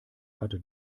hatte